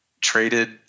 traded